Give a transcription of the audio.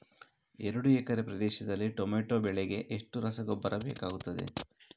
ಎರಡು ಎಕರೆ ಪ್ರದೇಶದಲ್ಲಿ ಟೊಮ್ಯಾಟೊ ಬೆಳೆಗೆ ಎಷ್ಟು ರಸಗೊಬ್ಬರ ಬೇಕಾಗುತ್ತದೆ?